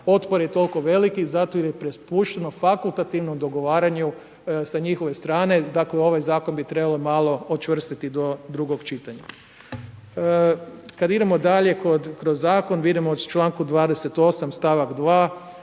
otpor je toliko veliki zato jer je …/Govornik se ne razumije./… fakultativno dogovaranju sa njihove strane. Dakle, ovaj zakon bi trebalo malo učvrstiti do drugog čitanja. Kada idemo dalje kroz zakon, vidimo u čl. 28. stavak 2.